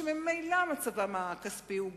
שממילא מצבם הכספי הוא גרוע.